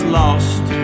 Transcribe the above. lost